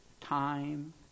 time